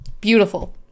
Beautiful